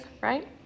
right